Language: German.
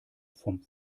vom